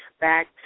back